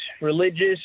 religious